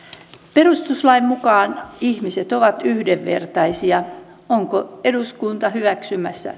perustuslain mukaan ihmiset ovat yhdenvertaisia onko eduskunta hyväksymässä